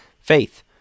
Faith